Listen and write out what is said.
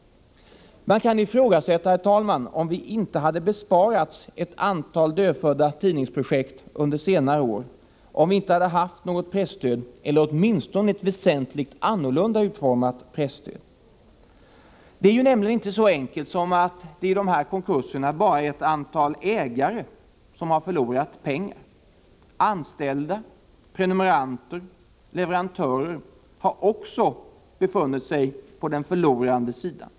Det kan, herr talman, ifrågasättas om vi inte hade besparats ett antal dödfödda tidningsprojekt under senare tid, om det inte hade funnits något presstöd eller åtminstone ett väsentligt annorlunda utformat presstöd. Det är nämligen inte så enkelt som att det i dessa konkurser bara är ett antal ägare som har förlorat pengar. Anställda, prenumeranter och leverantörer har också befunnit sig på den förlorandes sida.